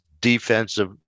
defensive